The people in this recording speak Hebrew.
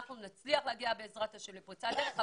בעזרת השם אנחנו נצליח להגיע לפריצת דרך.